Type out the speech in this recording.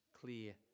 clear